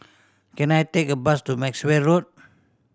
can I take a bus to Maxwell Road